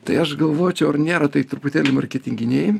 tai aš galvočiau ar nėra tai truputėlį marketinginiai